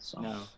No